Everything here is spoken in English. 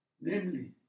Namely